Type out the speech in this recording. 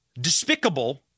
despicable